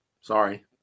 Sorry